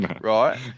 right